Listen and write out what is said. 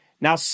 Now